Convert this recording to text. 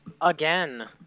Again